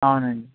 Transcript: అవునండి